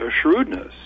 shrewdness